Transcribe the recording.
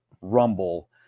Rumble